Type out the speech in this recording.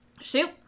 Shoot